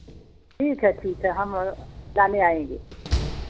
ठीक है ठीक है हम लाने आएँगे